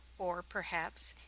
or, perhaps,